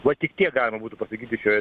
va tik tie galima būtų pasakyti šioje